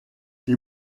die